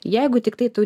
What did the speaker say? jeigu tiktai tu